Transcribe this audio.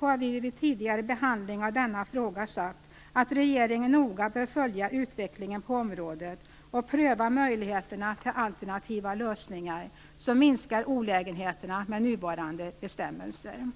har vi vid tidigare behandling av denna fråga sagt att regeringen noga bör följa utvecklingen på området och pröva möjligheterna till alternativa lösningar som minskar olägenheterna med nuvarande bestämmelser.